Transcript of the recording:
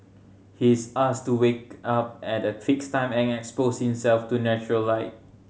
he is asked to wake up at a fixed time and expose himself to natural light